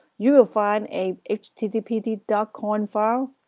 you will find a a httpd conf file.